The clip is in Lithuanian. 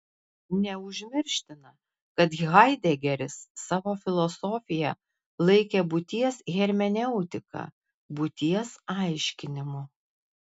neužmirština kad haidegeris savo filosofiją laikė būties hermeneutika būties aiškinimu